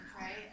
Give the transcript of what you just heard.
right